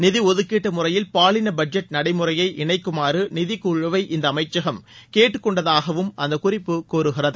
நிதி ஒதுக்கீட்டு முறையில் பாலின பட்ஜெட் நடைமுறையை இணைக்குமாறு நிதி குழுவை இந்த அமைச்சகம் கேட்டுக்கொண்டதாகவும் அந்தக்குறிப்பு கூறுகிறது